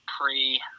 pre